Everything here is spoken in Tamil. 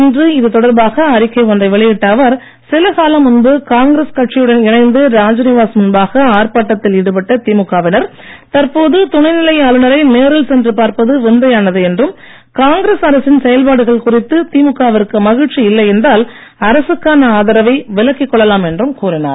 இன்று இதுதொடர்பாக அறிக்கை ஒன்றை வெளியிட்ட அவர் சில காலம் முன்பு காங்கிரஸ் கட்சியுடன் இணைந்து ராஜ்நிவாஸ் முன்பாக ஆர்ப்பாட்டத்தில் ஈடுபட்ட திமுக வினர் தற்போது துணைநிலை ஆளுனரை நேரில் சென்று பார்ப்பது விந்தையானது என்றும் காங்கிரஸ் அரசின் செயல்பாடுகள் குறித்து திமுக விற்கு மகிழ்ச்சி இல்லை என்றால் அரசுக்கான ஆதரவை விலக்கிக் கொள்ளலாம் என்றும் கூறினார்